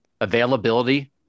Availability